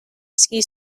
ski